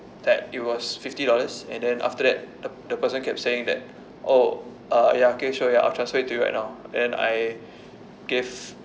that it was fifty dollars and then after that the the person kept saying that oh uh ya okay sure ya I'll transfer it to you right now and I gave